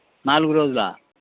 నాలుగు రోజులా